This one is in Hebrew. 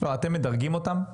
אתם מדרגים אותם?